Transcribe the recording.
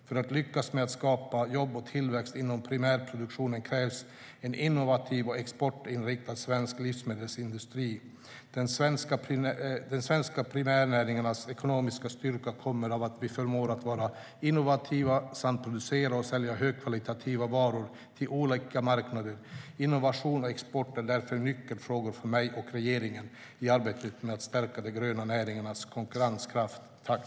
För att lyckas med att skapa jobb och tillväxt inom primärproduktionen krävs en innovativ och exportinriktad svensk livsmedelsindustri. De svenska primärnäringarnas ekonomiska styrka kommer av att vi förmår att vara innovativa samt producera och sälja högkvalitativa varor till olika marknader. Innovation och export är därför nyckelfrågor för mig och regeringen i arbetet med att stärka de gröna näringarnas konkurrenskraft.